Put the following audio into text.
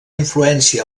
influència